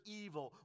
evil